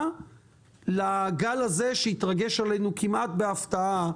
לגל הזה שהתרגש עלינו כמעט בהפתעה,